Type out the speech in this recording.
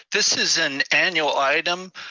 this is and annual item.